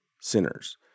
sinners